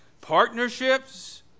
partnerships